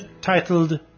titled